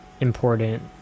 important